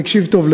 תקשיב טוב,